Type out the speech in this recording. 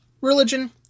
religion